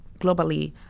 globally